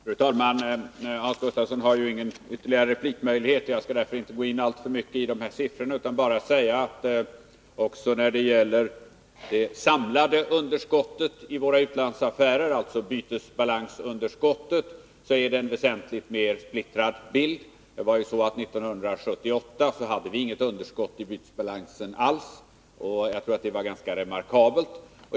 Fru talman! Hans Gustafsson har ju ingen ytterligare replikmöjlighet och därför skall jag inte komma med flera siffror. Jag vill bara säga att även när det gäller det samlade underskottet i våra utlandsaffärer, dvs. bytesbalans-- underskottet, är bilden väsentligt mera splittrad. 1978 hade vi inget underskott alls i bytesbalansen, och det var nog ganska remarkabelt.